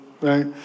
right